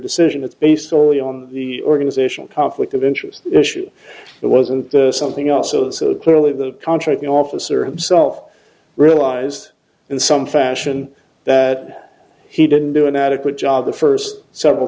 decision it's based solely on the organizational conflict of interest issue it wasn't something also so clearly the contract the officer himself realized in some facts ssion that he didn't do an adequate job the first several